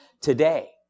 today